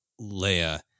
Leia